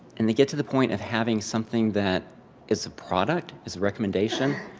and they get to the point of having something that is a product, is a recommendation,